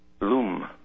loom